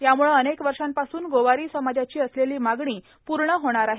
यामुळं अनेक वषापासून गोवारी समाजाची असलेली मागणी पूण होणार आहे